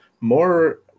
more